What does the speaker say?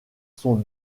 son